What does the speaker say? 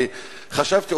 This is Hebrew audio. כי חשבתי,